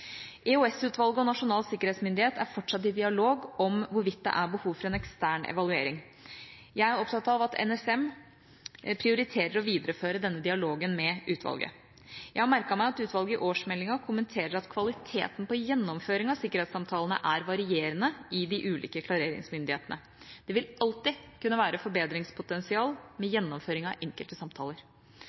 EOS-utvalget og Nasjonal sikkerhetsmyndighet er fortsatt i dialog om hvorvidt det er behov for en ekstern evaluering. Jeg er opptatt av at NSM prioriterer å videreføre denne dialogen med utvalget. Jeg har merket meg at utvalget i årsmeldinga kommenterer at kvaliteten på gjennomføring av sikkerhetssamtalene er varierende i de ulike klareringsmyndighetene. Det vil alltid kunne være forbedringspotensial med gjennomføring av enkelte samtaler.